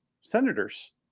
senators